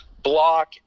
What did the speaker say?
block